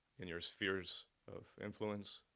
in your spheres of influence,